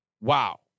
Wow